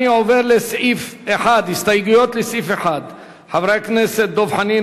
אני עובר להסתייגויות לסעיף 1. חברי הכנסת דב חנין,